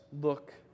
look